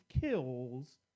kills